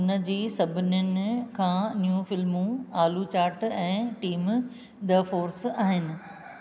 हुनजी सभिनीनि खां न्यू फिल्मूं आलू चाट ऐं टीम द फोर्स आहिनि